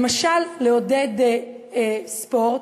למשל לעודד ספורט,